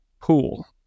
pool